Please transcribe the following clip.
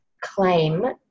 claim